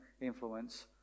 influence